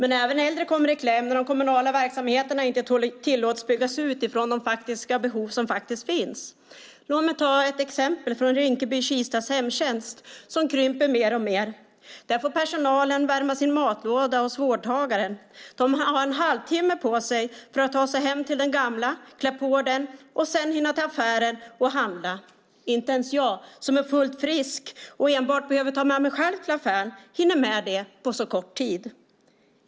Även äldre kommer i kläm när de kommunala verksamheterna inte tillåts byggas ut utifrån de faktiska behov som finns. Låt mig ta ett exempel från Rinkeby-Kistas hemtjänst som krymper mer och mer. Där får personalen värma sin matlåda hos vårdtagaren. De har en halvtimme på sig för att ta sig hem till den gamla, klä på den, och sen hinna till affären och handla. Inte ens jag som är fullt frisk och enbart behöver ta mig själv hinner med det på så kort tid.